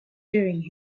doing